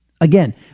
again